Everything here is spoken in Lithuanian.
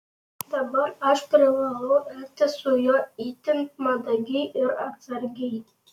dabar aš privalau elgtis su juo itin mandagiai ir atsargiai